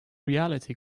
reality